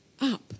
up